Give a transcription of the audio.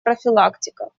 профилактика